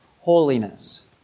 holiness